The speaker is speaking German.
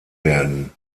werden